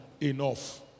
enough